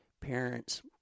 Parents